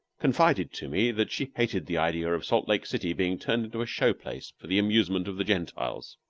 confided to me that she hated the idea of salt lake city being turned into a show-place for the amusement of the gentiles.